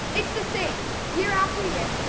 it's the same year after year.